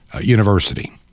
University